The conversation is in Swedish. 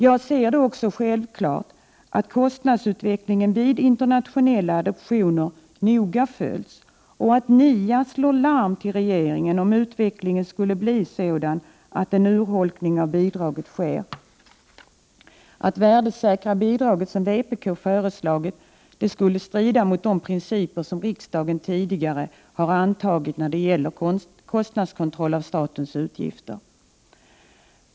Jag ser det också som självklart att kostnadsutvecklingen vid internationella adoptioner noga följs, och att NIA slår larm till regeringen om utvecklingen skulle bli sådan att en urholkning av bidraget sker. Att värdesäkra bidraget som vpk föreslagit skulle strida mot de principer som riksdagen tidigare har antagit om kostnadskontroll av statens utgifter.